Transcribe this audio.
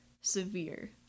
severe